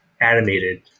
animated